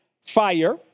fire